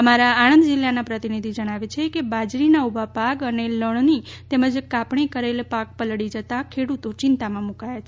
અમારાં આણંદ જીલ્લાનાં પ્રતિનિધિ જણાવે છે કે બાજરીના ઊભા પાક અને લણણી તેમજ કાપણી કરેલ પાક પલળી જતાં ખેડ઼તો ચિંતામાં મૂકાયા છે